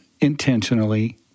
intentionally